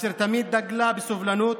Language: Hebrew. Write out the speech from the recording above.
אשר תמיד דגלה בסובלנות,